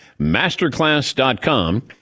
Masterclass.com